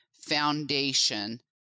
Foundation